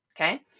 Okay